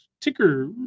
ticker